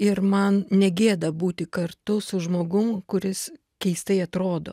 ir man negėda būti kartu su žmogum kuris keistai atrodo